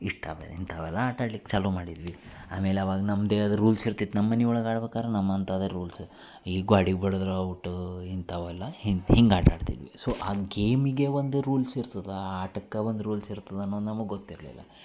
ಇಷ್ಟವೆ ಇಂಥಾವೆಲ್ಲ ಆಟಾಡ್ಲಿಕ್ಕೆ ಚಾಲೂ ಮಾಡಿದ್ವಿ ಆಮೇಲೆ ಅವಾಗ ನಮ್ಮದೇ ಆದ ರೂಲ್ಸ್ ಇರ್ತಿತ್ತು ನಮ್ಮಮನೆ ಒಳಗೆ ಆಡ್ಬೇಕಾದ್ರ್ ನಮ್ಮಂಥದೆ ರೂಲ್ಸ್ ಈ ಗೋಡೆಗ್ ಬಡದ್ರೆ ಔಟ್ ಇಂಥಾವಲ್ಲ ಹಿಂದೆ ಹೀಗ್ ಆಟಾಡ್ತಿದ್ವಿ ಸೊ ಆ ಗೇಮಿಗೆ ಒಂದು ರೂಲ್ಸ್ ಇರ್ತದೆ ಆಟಕ್ಕೆ ಒಂದು ರೂಲ್ಸ್ ಇರ್ತದೆ ಅನ್ನೋದು ನಮಗೆ ಗೊತ್ತಿರಲಿಲ್ಲ